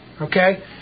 Okay